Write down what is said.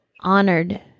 honored